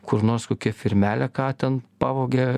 kur nors kokia firmelė ką ten pavogė